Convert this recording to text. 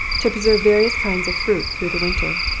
to preserve various kinds of fruit through the winter.